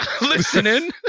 listening